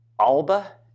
Alba